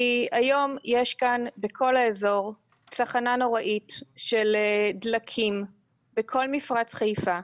היום יש כאן בכל האזור צחנה נוראית של דלקים בכל מפרץ חיפה,